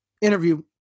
interview